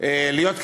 להיות קיצוני,